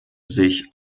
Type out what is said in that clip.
sich